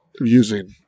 using